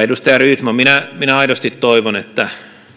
edustaja rydman minä minä aidosti toivon että